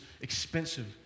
expensive